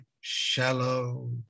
shallow